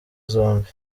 zombi